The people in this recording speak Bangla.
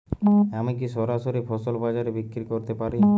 আমি কি সরাসরি ফসল বাজারে বিক্রি করতে পারি?